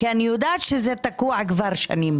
כי אני יודעת שזה תקוע כבר שנים.